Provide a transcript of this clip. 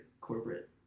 corporate